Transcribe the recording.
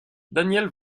daniel